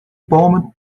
bomen